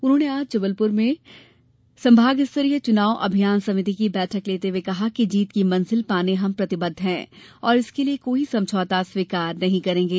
उन्होंने आज जबलपुर में संभाग स्तरीय चुनाव अभियान समिति की बैठक लेते हुए कहा कि जीत की मंजिल पाने हम प्रतिबद्ध है और इसके लिए कोई समझौता स्वीकार नहीं करेंगे